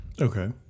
Okay